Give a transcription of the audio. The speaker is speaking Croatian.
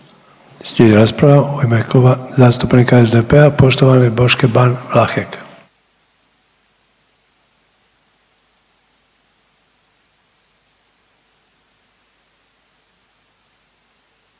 Slijedi rasprava u ime Kluba zastupnika SDP-a poštovane Boške Ban Vlahek.